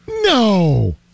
no